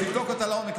תבדוק אותה לעומק.